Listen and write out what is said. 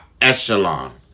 echelon